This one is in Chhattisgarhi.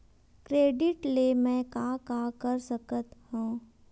क्रेडिट ले मैं का का कर सकत हंव?